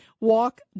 Walk